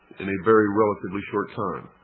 in a very relatively short time.